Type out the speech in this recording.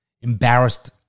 embarrassed